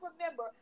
remember